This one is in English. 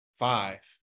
Five